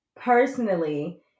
personally